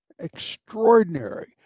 extraordinary